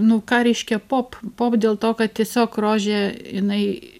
nu ką reiškia pop pop dėl to kad tiesiog rožė jinai